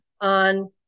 on